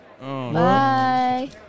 Bye